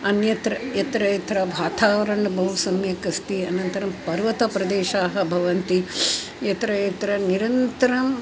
अन्यत्र यत्र यत्र वातावरणं बहु सम्यक् अस्ति अनन्तरं पर्वतप्रदेशाः भवन्ति यत्र यत्र निरन्तरम्